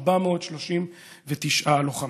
439 לוחמים.